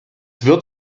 wird